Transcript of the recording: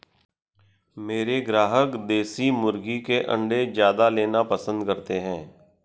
मेरे ग्राहक देसी मुर्गी के अंडे ज्यादा लेना पसंद करते हैं